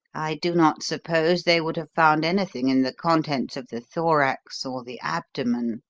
i do not suppose they would have found anything in the contents of the thorax or the abdomen,